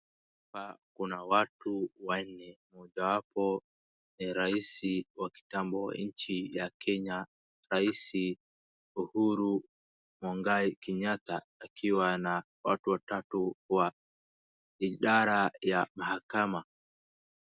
Hapa kuna watu wanne, moja wapo ni rais wa kitambo nchi ya Kenya, rais Uhuru Muigai Kenyatta akiwa na watu watatu wa idara ya mahakama.